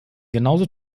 genauso